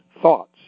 thoughts